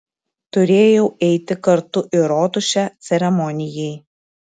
turėjau eiti kartu į rotušę ceremonijai